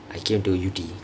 I came to yew tee